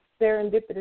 serendipitous